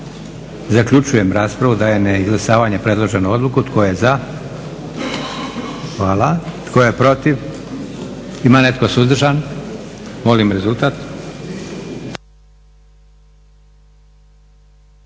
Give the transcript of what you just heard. Zaključujem raspravu. Dajem na izglasavanje predloženu odluku. Tko je za? Hvala lijepa. Tko je protiv? Ima netko suzdržan? Molim rezultat.